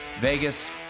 Vegas